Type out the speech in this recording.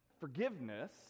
Forgiveness